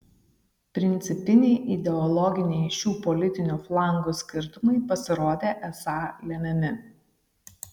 principiniai ideologiniai šių politinių flangų skirtumai pasirodė esą lemiami